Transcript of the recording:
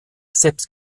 selbst